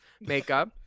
makeup